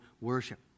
worship